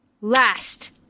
last